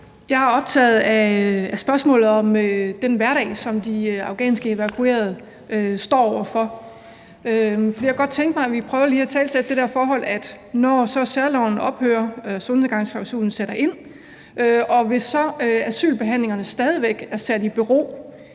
Jeg er optaget af spørgsmålet om den hverdag, som de afghanske evakuerede står over for. Jeg kunne godt tænke mig, at vi lige prøvede at italesætte det forhold, at når særloven ophører og solnedgangsklausulen sætter ind, og hvis asylbehandlingerne stadig væk er sat i bero,